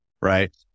right